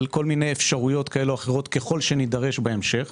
על כל מיני אפשרויות כאלה ואחרות ככל שנידרש בהמשך.